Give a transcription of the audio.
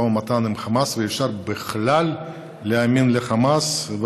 ומתן עם חמאס ואפשר בכלל להאמין לחמאס.